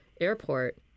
airport